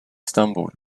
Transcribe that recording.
stumbled